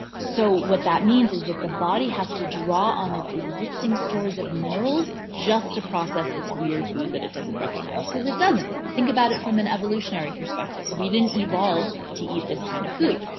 so what that means is that the body has to draw on its existing stores of minerals just to process this weird food that it doesn't recognize cause it doesn't. think about it from an evolutionary perspective. we didn't evolve to eat this kind of food.